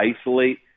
isolate